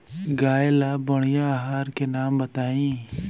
गाय ला बढ़िया आहार के नाम बताई?